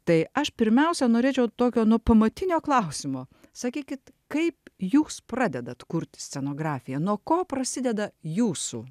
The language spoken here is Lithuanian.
tai aš pirmiausia norėčiau tokio nu pamatinio klausimo sakykit kaip jūs pradedat kurti scenografiją nuo ko prasideda jūsų